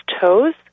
toes